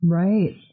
right